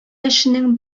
яшенең